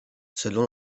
selon